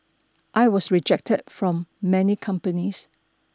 I was rejected from many companies